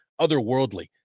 otherworldly